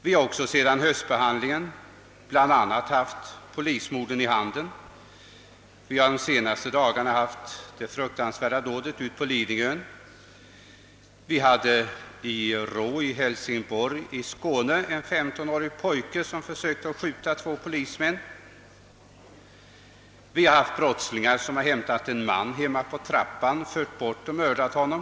Vi har också sedan höstens behandling av denna fråga bl.a. haft polismorden i Handen. Vi har under de senaste dagarna haft det fruktansvärda dådet ute på Lidingö. I Råå vid Hälsingborg har en femtonårig pojke försökt skjuta ned två polismän. Vidare har någ ra brottslingar bortfört en man på trappan till hans hem och mördat honom.